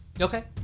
Okay